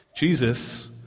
Jesus